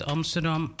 Amsterdam